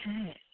Okay